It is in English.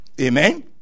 amen